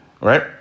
right